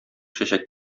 чәчәк